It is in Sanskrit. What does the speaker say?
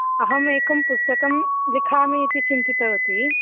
अहमेकं पुस्तकं लिखामि इति चिन्तितवती